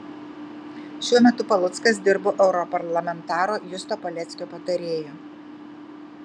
šiuo metu paluckas dirbo europarlamentaro justo paleckio patarėju